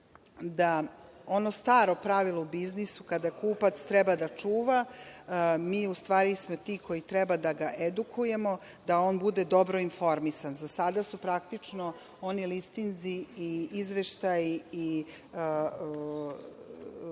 da ono staro pravilo u biznisu kada kupac treba da čuva, mi u stvari smo ti koji treba da ga edukujemo, da on bude dobro informisan. Za sada su praktično oni listinzi i izveštaji